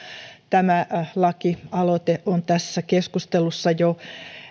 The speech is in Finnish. tämä lakialoite on tässä keskustelussa jo